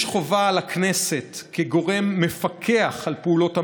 יש חובה על הכנסת, כגורם מפקח על פעולות הממשלה,